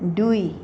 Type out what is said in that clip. দুই